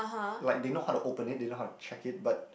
like they know how to open it they know how to check it but